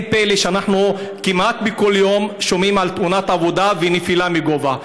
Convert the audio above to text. אין פלא שאנחנו כמעט בכל יום שומעים על תאונת עבודה ועל נפילה מגובה.